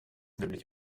nämlich